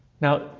Now